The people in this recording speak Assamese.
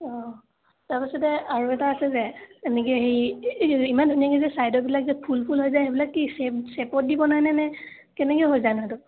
অঁ তাৰ পাছতে আৰু এটা আছে যে এনেকৈ হেৰি ইমান ধুনীয়াকৈ যে ছাইডৰবিলাক যে ফুল ফুল হৈ যায় সেইবিলাক কি শ্বেপত দি বনায় নে কেনেকৈ হৈ যায়নো সেইটো